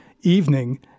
evening